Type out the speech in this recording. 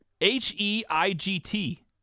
H-E-I-G-T